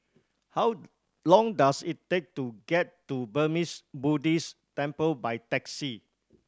how long does it take to get to Burmese Buddhist Temple by taxi